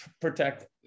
protect